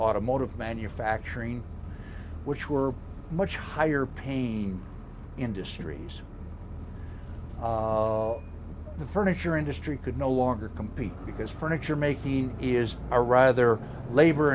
automotive manufacturing which were much higher pain industries the furniture industry could no longer compete because furniture making is a rather labor